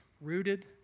rooted